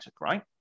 right